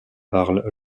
parle